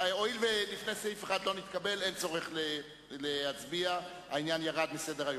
אף-על-פי שהייתי צריך להצביע על כולם יחד.